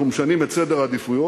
אנחנו משנים את סדר העדיפויות.